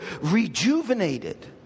rejuvenated